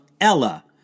Ella